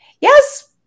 Yes